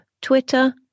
Twitter